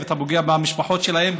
אתה פוגע במשפחות שלהם,